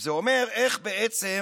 זה אומר איך בעצם